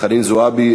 חנין זועבי.